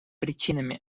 причинами